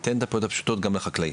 ייתן את הפעולות הפשוטות גם לחקלאי.